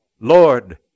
Lord